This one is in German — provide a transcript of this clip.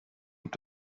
gibt